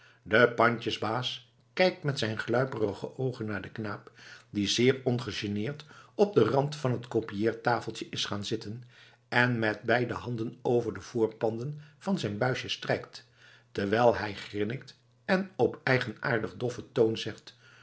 de pandjesbaas kijkt met zijn gluiperige oogen naar den knaap die zeer ongegeneerd op den rand van het kopieertafeltje is gaan zitten en met beide handen over de voorpanden van zijn buisje strijkt terwijl hij grinnikt en op eigenaardig doffen toon zegt